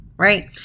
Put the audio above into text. right